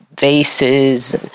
vases